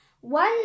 One